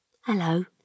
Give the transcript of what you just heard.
Hello